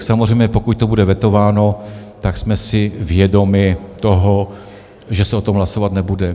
Samozřejmě pokud to bude vetováno, tak jsme si vědomi toho, že se o tom hlasovat nebude.